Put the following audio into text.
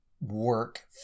work